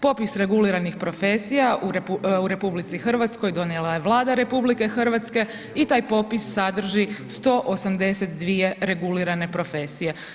Popis reguliranih profesija u RH donijela je Vlada RH i taj popis sadrži 182 regulirane profesije.